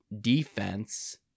defense